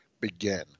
begin